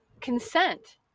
consent